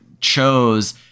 chose